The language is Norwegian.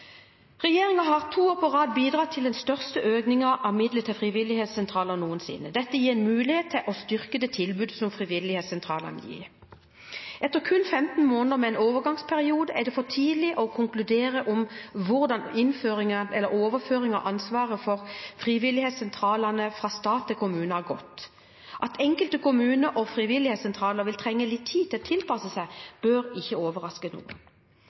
har to år på rad bidratt til den største økningen av midler til frivillighetssentraler noensinne. Dette gir en mulighet til å styrke det tilbudet som frivillighetssentralene gir. Etter kun 15 måneder med en overgangsperiode er det for tidlig å konkludere med hvordan overføring av ansvaret for frivillighetssentralene fra stat til kommune har gått. At enkelte kommuner og frivillighetssentraler vil trenge litt tid til å tilpasse seg, bør ikke overraske noen.